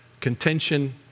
contention